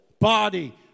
body